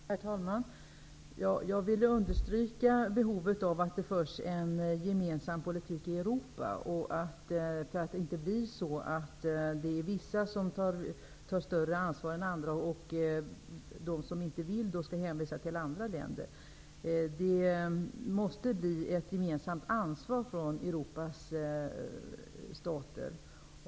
Herr talman! Jag vill understryka behovet av att det förs en gemensam politik i Europa så att det inte blir så att vissa länder tar större ansvar än andra och att de som inte vill kan hänvisa till andra länder. Det måste bli ett gemensamt ansvar från Europas stater.